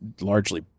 largely